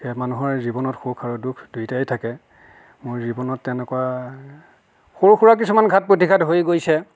সেয়ে মানুহৰ জীৱনত সুখ আৰু দুখ দুয়োটাই থাকে মোৰ জীৱনত তেনেকুৱা সৰু সুৰা কিছুমান ঘাত প্ৰতিঘাত হৈ গৈছে